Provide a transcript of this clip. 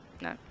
No